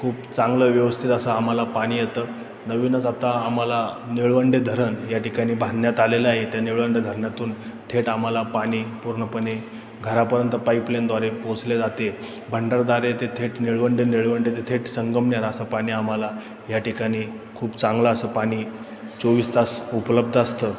खूप चांगलं व्यवस्थित असं आम्हाला पाणी येतं नवीनच आता आम्हाला निळवंडे धरण या ठिकाणी बांधण्यात आलेलं आहे त्या निळवंडे धरणातून थेट आम्हाला पाणी पूर्णपणे घरापर्यंत पाईपलाईनद्वारे पोहचले जाते भंडारद्वारे ते थेट निळवंडे निळवंडे ते थेट संगमनेर असं पाणी आम्हाला या ठिकाणी खूप चांगलं असं पाणी चोवीस तास उपलब्ध असतं